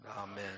Amen